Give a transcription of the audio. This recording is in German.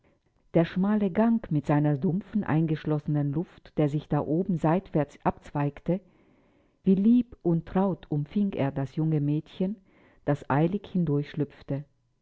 der schmale gang mit seiner dumpfen eingeschlossenen luft der sich da oben seitwärts abzweigte wie lieb und traut umfing er das junge mädchen das eilig